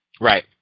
Right